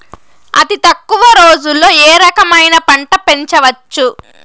అతి తక్కువ రోజుల్లో ఏ రకమైన పంట పెంచవచ్చు?